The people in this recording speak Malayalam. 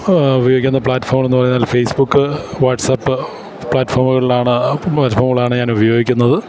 ഉപയോഗിക്കുന്ന പ്ലാറ്റ്ഫോമെന്നു പറഞ്ഞാല് ഫേസ്ബുക്ക് വാട്സാപ്പ് പ്ലാറ്റ്ഫോമുകളിലാണ് പ്ലാറ്റ്ഫോമുകളാണ് ഞാൻ ഉപയോഗിക്കുന്നത്